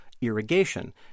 irrigation